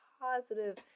positive